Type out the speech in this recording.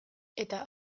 eta